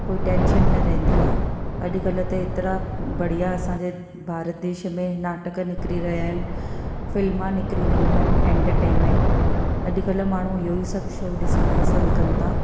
कोई टेंशन न रईंदी आहे अॼुकल्ह जे तरह बढ़िया असांजे भारत देश में नाटकु निकिरी विया आहिनि फिल्मा निकिरी विया आहिनि फिल्मा निकिरी रहियूं आहिनि एंटरटेनमेंट अॾुकल्ह माण्हू इहेई सभु शो ॾिसण पसंदि कनि था